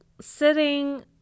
sitting